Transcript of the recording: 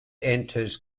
enters